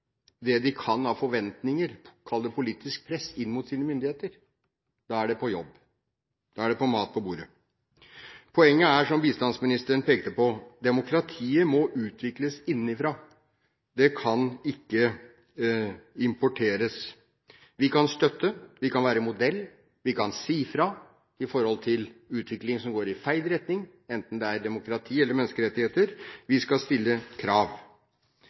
det de kan av forventninger – kall det politisk press – inn mot sine myndigheter? Da er det på jobb, da er det på mat på bordet. Poenget er, som bistandsministeren pekte på, at demokratiet må utvikles innenfra, det kan ikke importeres. Vi kan støtte, vi kan være modell, vi kan si ifra om utvikling som går i feil retning, enten det er demokrati eller menneskerettigheter, vi skal stille krav.